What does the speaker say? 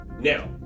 Now